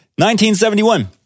1971